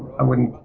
i wouldn't.